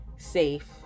safe